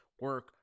Work